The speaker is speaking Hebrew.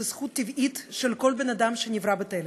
זו זכות טבעית של כל בן אדם שנברא בצלם.